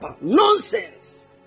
nonsense